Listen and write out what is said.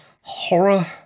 horror